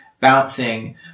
bouncing